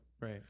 Right